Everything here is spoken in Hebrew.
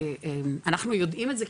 אנחנו יודעים את זה,